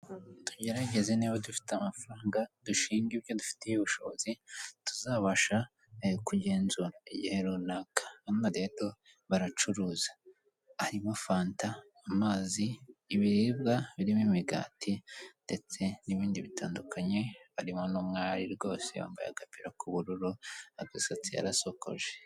Tugerageze niba dufite amafaranga dushinga ibyo dufitiye ubushobozi tuzabasha kugenzura igihe runaka, urabona rero baracuruza harimo fanta, amazi, ibiribwa birimo imigati ndetse n'ibindi bitandukanye, harimo n'umwari rwose wambaye agapira k'ubururu agasatsi yarasokoje.